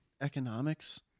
economics